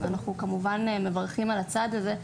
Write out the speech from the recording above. ואנחנו מברכים על הצעד הזה,